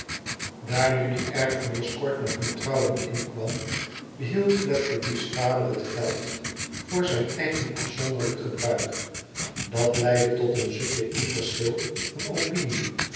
daar nu die erfenis kort na hun trouwen inkwam behield fledgeby's vader het geld voor zijn eigen afzonderlijk gebruik dat leidde tot een subjectief verschil van opinie